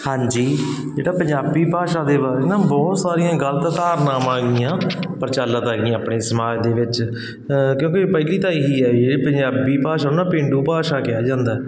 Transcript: ਹਾਂਜੀ ਜਿਹੜਾ ਪੰਜਾਬੀ ਭਾਸ਼ਾ ਦੇ ਬਾਰੇ ਨਾ ਬਹੁਤ ਸਾਰੀਆਂ ਗਲਤ ਧਾਰਨਾਵਾਂ ਆ ਗਈਆਂ ਪ੍ਰਚਲਿਤ ਹੈਗੀਆਂ ਆਪਣੇ ਸਮਾਜ ਦੇ ਵਿੱਚ ਕਿਉਂਕਿ ਪਹਿਲੀ ਤਾਂ ਇਹੀ ਆ ਵੀ ਜਿਹੜੇ ਪੰਜਾਬੀ ਭਾਸ਼ਾ ਨਾ ਪੇਂਡੂ ਭਾਸ਼ਾ ਕਿਹਾ ਜਾਂਦਾ